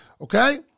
okay